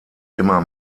immer